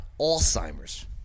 Alzheimer's